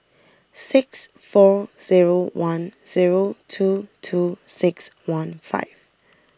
six four zero one zero two two six one five